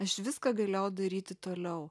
aš viską galėjau daryti toliau